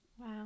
Wow